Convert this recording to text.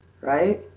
right